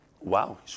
Wow